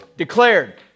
Declared